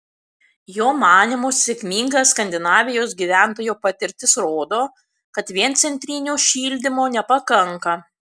jo manymu sėkminga skandinavijos gyventojų patirtis rodo kad vien centrinio šildymo nepakanka